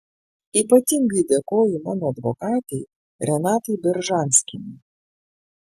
ypatingai dėkoju mano advokatei renatai beržanskienei